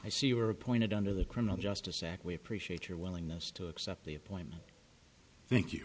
i see you were appointed under the criminal justice act we appreciate your willingness to accept the appointment thank you